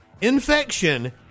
infection